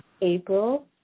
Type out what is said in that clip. April